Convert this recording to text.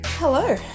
hello